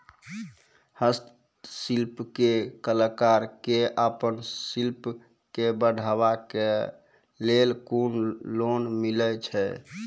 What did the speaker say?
हस्तशिल्प के कलाकार कऽ आपन शिल्प के बढ़ावे के लेल कुन लोन मिलै छै?